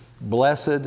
blessed